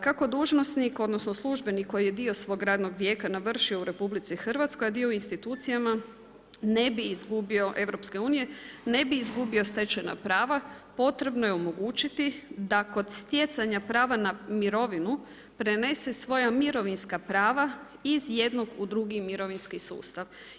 Kako dužnosnik odnosno službenik koji je dio svog radnog vijeka navršio u RH, a dio u institucijama EU-a, ne bi izgubio stečena prava, potrebno je omogućiti da kod stjecanja prava na mirovinu prenese svoja mirovinska prava iz jedno u drugi mirovinski sustav.